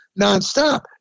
nonstop